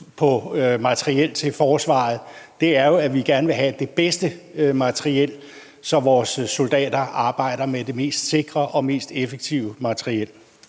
på materiel til Forsvaret, som vi gør, er jo, at vi gerne vil have det bedste materiel, så vores soldater arbejder med det mest sikre og mest effektive materiel.